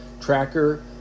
Tracker